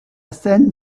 scène